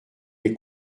les